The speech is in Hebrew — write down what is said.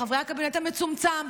לחברי הקבינט המצומצם,